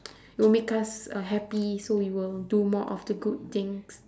will make us uh happy so we will do more of the good things